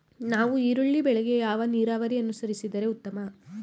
ನಾವು ಈರುಳ್ಳಿ ಬೆಳೆಗೆ ಯಾವ ನೀರಾವರಿ ಅನುಸರಿಸಿದರೆ ಉತ್ತಮ?